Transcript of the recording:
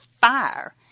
fire